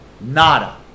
Nada